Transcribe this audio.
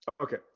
Okay